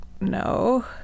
No